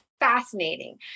fascinating